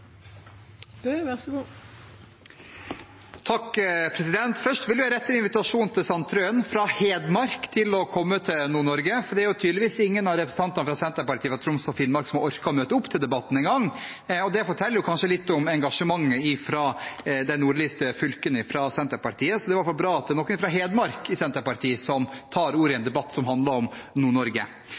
Først vil jeg rette en invitasjon til Sandtrøen fra Hedmark om å komme til Nord-Norge, for det er tydeligvis ingen av Senterparti-representantene fra Troms og Finnmark som orker å møte opp til debatten engang, og det forteller kanskje litt om Senterpartiets engasjementet i de nordligste fylkene. Så det er i hvert fall bra at det er noen fra Hedmark Senterparti som tar ordet i en debatt som handler om